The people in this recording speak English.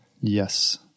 yes